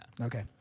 Okay